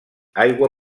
aigua